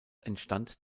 entstand